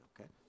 okay